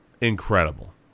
incredible